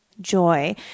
Joy